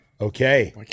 okay